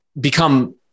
become